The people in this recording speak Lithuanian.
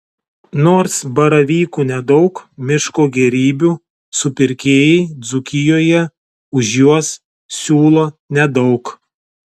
nors baravykų nedaug miško gėrybių supirkėjai dzūkijoje už juos siūlo nedaug